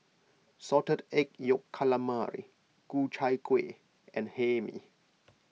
Salted Egg Yolk Calamari Ku Chai Kuih and Hae Mee